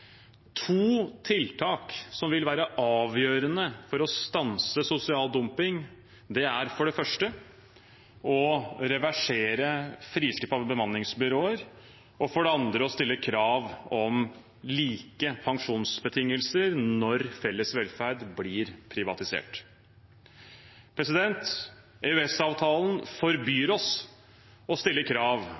To tiltak som vil være avgjørende for å stanse sosial dumping, er for det første å reversere frislippet av bemanningsbyråer og for det andre å stille krav om like pensjonsbetingelser når felles velferd blir privatisert. EØS-avtalen forbyr oss å stille krav